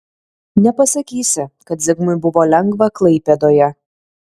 nepasakysi kad zigmui buvo lengva klaipėdoje